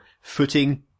footing